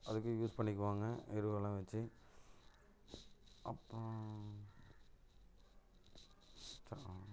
அதுக்கு யூஸ் பண்ணிக்குவாங்க எருவெல்லாம் வச்சு அப்புறம்